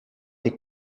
été